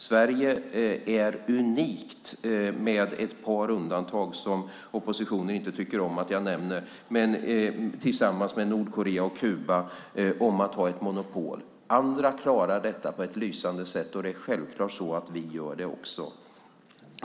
Sverige är unikt om att ha ett monopol, med ett par undantag som oppositionen inte tycker om att jag nämner, nämligen Nordkorea och Kuba. Andra klarar detta på ett lysande sätt. Det är självklart att vi också gör det.